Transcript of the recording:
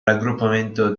raggruppamento